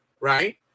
right